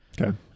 Okay